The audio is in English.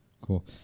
cool